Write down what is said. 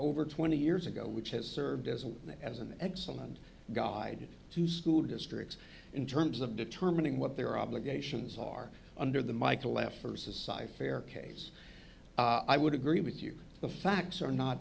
over twenty years ago which has served as a as an excellent guide to school districts in terms of determining what their obligations are under the michael laffer society fair case i would agree with you the facts are not